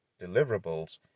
deliverables